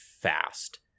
fast